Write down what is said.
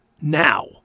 now